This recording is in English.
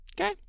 Okay